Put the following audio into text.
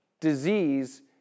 disease